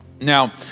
Now